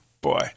boy